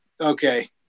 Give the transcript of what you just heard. okay